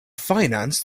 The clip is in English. financed